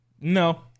No